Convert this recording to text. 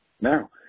now